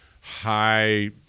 high